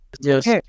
Yes